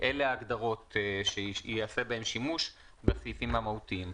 Infection)." אלה ההגדרות שייעשה בהן שימוש בסעיפים המהותיים.